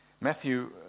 Matthew